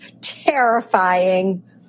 terrifying